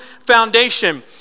foundation